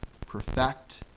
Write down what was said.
perfect